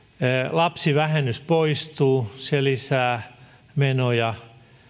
lapsivähennys poistuu se lisää menoja